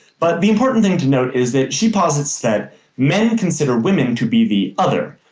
but the important thing to note is that she posits that men consider women to be the other,